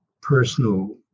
personal